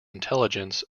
intelligence